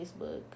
Facebook